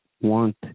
want